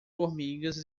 formigas